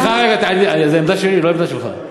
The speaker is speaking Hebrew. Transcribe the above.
סליחה רגע, זו העמדה שלי, לא העמדה שלך.